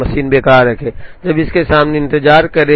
machine बेकार रखें जब इसके सामने इंतजार कर रहे हैं